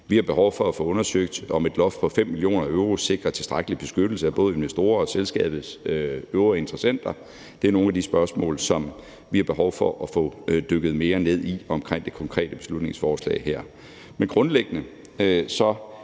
Vi har behov for at få undersøgt, om et loft på 5 mio. euro sikrer tilstrækkelig beskyttelse af både investorer og selskabets øvrige interessenter. Det er nogle af de spørgsmål, som vi har behov for at få dykket mere ned i i forbindelse med det konkrete beslutningsforslag her. Men grundlæggende er